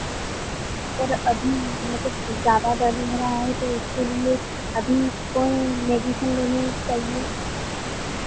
और अभी मतलब जादा दर्द हो रहा है तो इसके लिए अभी कोई मेडिसीन लेनी चाहिए